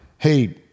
Hey